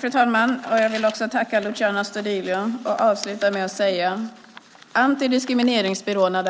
Fru talman! Jag vill också tacka Luciano Astudillo. Antidiskrimineringsbyråerna